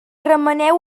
remeneu